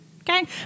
Okay